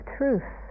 truth